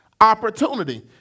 opportunity